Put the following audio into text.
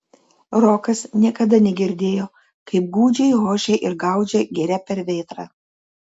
rokas niekada negirdėjo kaip gūdžiai ošia ir gaudžia giria per vėtrą